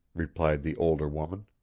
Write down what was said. replied the older woman,